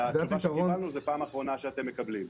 והתשובה שקיבלנו היא זה פעם אחרונה שאתם מקבלים.